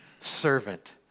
servant